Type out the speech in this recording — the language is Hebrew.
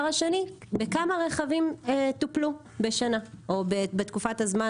השני בכמה רכבים טופלו בשנה או בתקופת הזמן